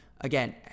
again